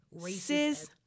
racist